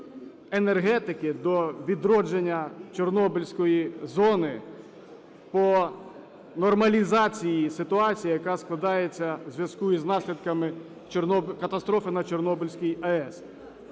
енергетики, до відродження Чорнобильської зони по нормалізації ситуації, яка складається в зв'язку із наслідками катастрофи на Чорнобильській АЕС.